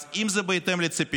אז אם זה בהתאם לציפיות,